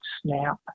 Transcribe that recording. snap